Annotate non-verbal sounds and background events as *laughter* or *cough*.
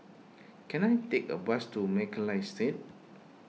can I take a bus to *unintelligible*